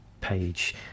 page